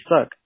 suck